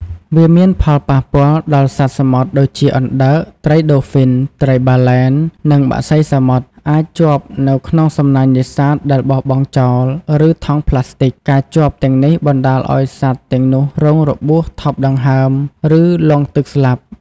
វាមានផលប៉ះពាល់ដល់សត្វសមុទ្រដូចជាអណ្តើក ត្រីដូហ្វីន ត្រីបាឡែន និងបក្សីសមុទ្រ អាចជាប់នៅក្នុងសំណាញ់នេសាទដែលបោះបង់ចោល ឬថង់ប្លាស្ទិក ការជាប់ទាំងនេះបណ្តាលឱ្យសត្វទាំងនោះរងរបួស ថប់ដង្ហើម ឬលង់ទឹកស្លាប់។